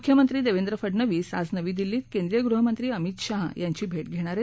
मुख्यमंत्री देवेंद्र फडणवीस आज नवी दिल्लीत केंद्रीय गृहमंत्री अमित शहा यांची भेट घेणार आहेत